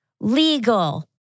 legal